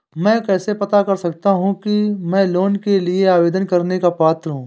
मैं कैसे पता कर सकता हूँ कि मैं लोन के लिए आवेदन करने का पात्र हूँ?